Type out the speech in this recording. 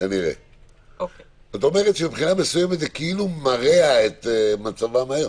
מבחינה מסוימת זה כאילו מרע את מצבם היום,